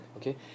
Okay